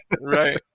Right